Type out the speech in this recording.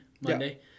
Monday